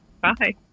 Bye